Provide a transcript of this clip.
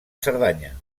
cerdanya